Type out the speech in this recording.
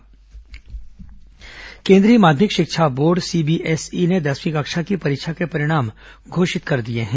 CBSE परिणाम केंद्रीय माध्यमिक शिक्षा बोर्ड सीबीएसई ने दसवीं कक्षा की परीक्षा के परिणाम घोषित कर दिए हैं